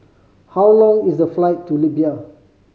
how long is the flight to Libya